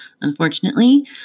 Unfortunately